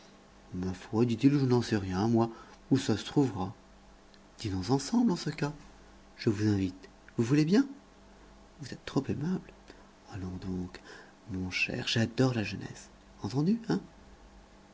ma foi dit-il je n'en sais rien moi où ça se trouvera dînons ensemble en ce cas je vous invite vous voulez bien vous êtes trop aimable allons donc mon cher j'adore la jeunesse entendu hein